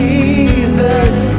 Jesus